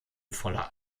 voller